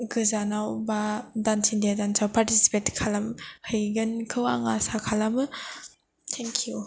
गोजानाव बा dance India dance आव पार्टिसिपेट खालामहैगोनखौ आं आशा खालामो थेंक इउ